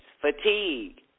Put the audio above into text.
fatigue